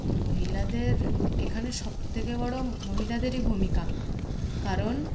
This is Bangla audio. মহিলাদের এখানে সবথেকে বড় মহিলাদেরই ভূমিকা কারণ